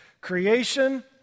creation